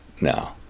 no